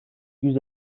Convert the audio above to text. yüz